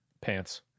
pants